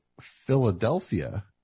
Philadelphia